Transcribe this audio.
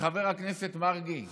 חבר הכנסת מרגי,